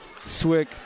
Swick